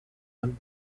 him